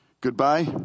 Goodbye